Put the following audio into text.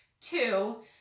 Two